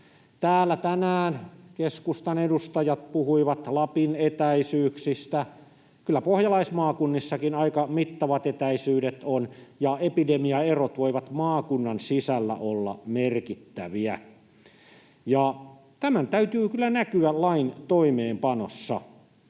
Täällä tänään keskustan edustajat puhuivat Lapin etäisyyksistä. Kyllä pohjalaismaakunnissakin aika mittavat etäisyydet on, ja epidemiaerot voivat maakunnan sisällä olla merkittäviä. Tämän täytyy kyllä näkyä lain toimeenpanossa.